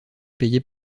payées